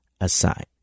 aside